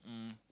um